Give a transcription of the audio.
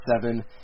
seven